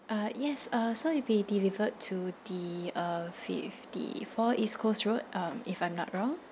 uh yes uh so it will be delivered to the uh fifty four east coast road um if I'm not wrong